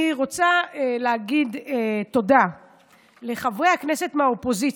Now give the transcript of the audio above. אני רוצה להגיד תודה לחברי הכנסת מהאופוזיציה,